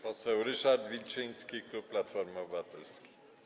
Poseł Ryszard Wilczyński, klub Platforma Obywatelska.